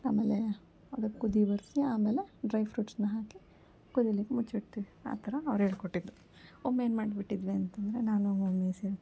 ಆಮೇಲೆ ಅದು ಕುದಿ ಬರಿಸಿ ಆಮೇಲೆ ಡ್ರೈ ಫ್ರೂಟ್ಸನ್ನ ಹಾಕಿ ಕುದಿಲಿಕ್ಕೆ ಮುಚ್ಚಿಡ್ತೀವಿ ಆ ಥರ ಅವ್ರು ಹೇಳ್ಕೊಟ್ಟಿದ್ದು ಒಮ್ಮೆ ಏನು ಮಾಡಿಬಿಟ್ಟಿದ್ವಿ ಅಂತಂದರೆ ನಾನು ಮಮ್ಮಿ ಸೇರಿ